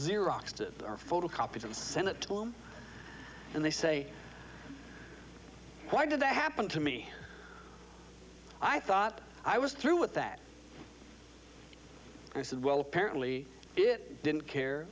xeroxed or photocopies and send it to them and they say why did that happen to me i thought i was through with that and i said well apparently it didn't care